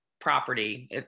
property